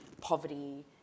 poverty